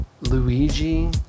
Luigi